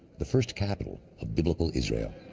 the first capital of biblical israel.